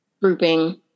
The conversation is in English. grouping